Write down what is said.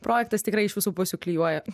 projektas tikrai iš visų pusių klijuoja